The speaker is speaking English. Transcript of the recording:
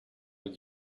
did